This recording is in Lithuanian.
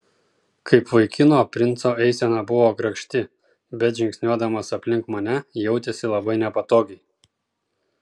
kaip vaikino princo eisena buvo grakšti bet žingsniuodamas aplink mane jautėsi labai nepatogiai